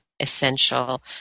essential